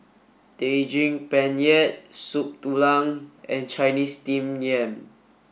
Daging Penyet Soup Tulang and Chinese Steamed Yam